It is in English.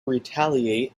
retaliate